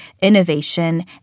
innovation